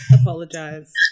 apologize